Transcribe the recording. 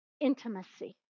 intimacy